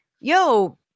yo